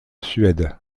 suède